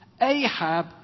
Ahab